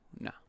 no